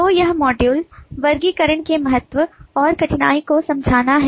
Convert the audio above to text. तो यह मॉड्यूल वर्गीकरण के महत्व और कठिनाइयों को समझना है